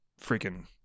freaking